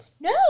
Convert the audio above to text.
No